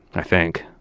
i think